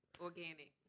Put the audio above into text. organic